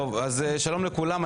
שלום לכולם.